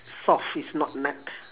soft it's not nut